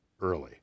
early